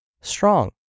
strong